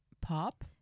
Pop